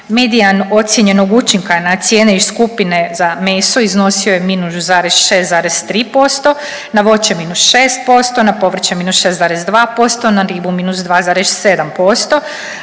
Medijan ocijenjenog učinka na cijene iz skupine za meso iznosio je -6,3%, na voće -6%, na povrće -6,2%, na ribu -2,7%,